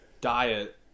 diet